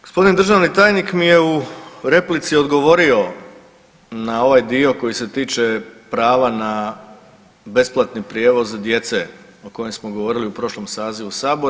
Gospodin državni tajnik mi je u replici odgovorio na ovaj dio koji se tiče prava na besplatni prijevoz djece o kojem smo govorili u prošlom sazivu sabora.